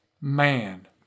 man